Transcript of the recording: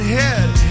Head